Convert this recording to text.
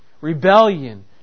rebellion